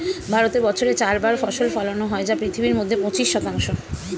ভারতে বছরে চার বার ফসল ফলানো হয় যা পৃথিবীর মধ্যে পঁচিশ শতাংশ